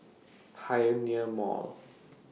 Pioneer Mall